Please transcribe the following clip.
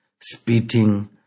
spitting